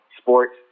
sports